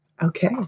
Okay